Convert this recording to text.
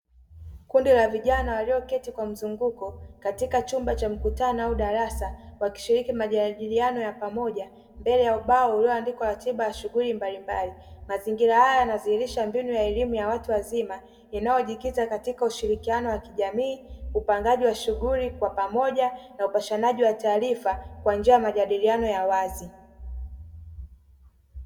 Kundi la vijana walioketi kwa mzunguko katika chumba cha mkutano au darasa wakishiriki majadiliano ya pamoja mbele ya ubao ulioandikwa ratiba ya shughuli mbalimbali. Mazingira hayo yanadhihirisha mbinu ya elimu ya watu wazima yanayojikita katika ushirikiano wa kijamii upangaji wa shughuli kwa pamoja na upashanaji wa taarifa kwa njia ya majadiliano ya wazi.